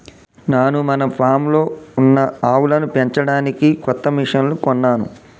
నాను మన ఫామ్లో ఉన్న ఆవులను పెంచడానికి కొత్త మిషిన్లు కొన్నాను